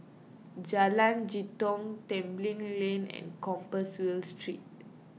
Jalan Jitong Tembeling Lane and Compassvale Street